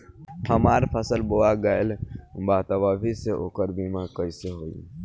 हमार फसल बोवा गएल बा तब अभी से ओकर बीमा कइसे होई?